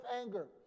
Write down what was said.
anger